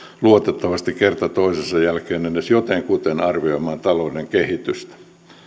luotettavasti kerta toisensa jälkeen edes jotenkuten arvioimaan talouden kehitystä